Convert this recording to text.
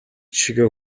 шигээ